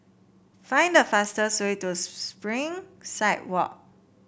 find the fastest way to Spring side Walk